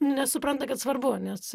nesupranta kad svarbu nes